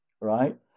Right